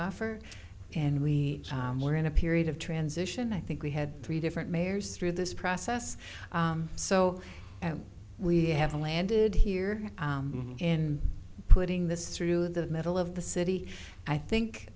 offer and we were in a period of transition i think we had three different mayors through this process so we haven't landed here in putting this through the middle of the city i think